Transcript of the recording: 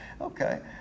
Okay